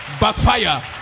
Backfire